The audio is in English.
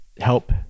help